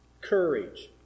Courage